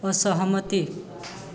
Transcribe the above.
असहमति